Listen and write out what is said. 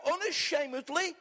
unashamedly